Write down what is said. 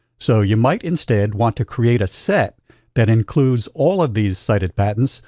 so you might instead want to create a set that includes all of these cited patents,